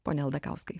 pone aldakauskai